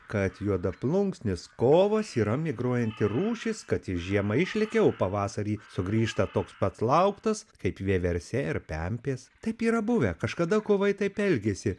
kad juodaplunksnis kovas yra migruojanti rūšis kad žiema išlėkiau pavasarį sugrįžta toks pat lauktas kaip vieversiai ir pempės taip yra buvę kažkada kovai taip elgėsi